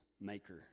maker